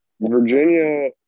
Virginia